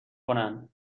کنن